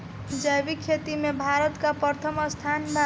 जैविक खेती में भारत का प्रथम स्थान बा